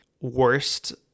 worst